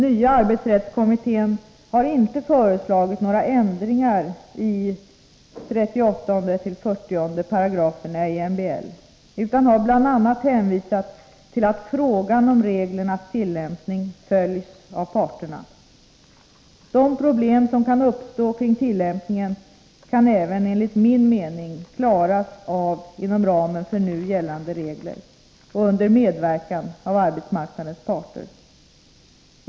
Nya arbetsrättskommittén har inte föreslagit några ändringar i 38-40 §§ MBL utan har bl.a. hänvisat till att frågan om reglernas tillämpning följs av parterna. De problem som kan uppstå i tillämpningen kan även enligt min mening klaras av inom ramen för nu gällande regler och under medverkan av arbetsmarknadens parter.